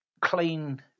clean